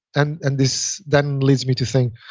and and this then leads me to think,